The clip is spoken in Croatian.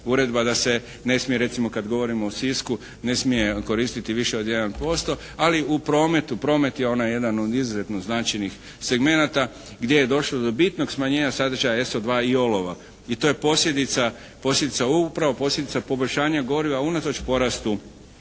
uredba da se ne smije recimo kad govorimo o Sisku ne smije koristiti više od jedan posto, ali u prometu, promet je onaj jedan od izuzetno značajnih segmenata gdje je došlo do bitnog smanjenja sadržaja SO2 i olova i to je posljedica, upravo posljedica poboljšanja goriva unatoč porastu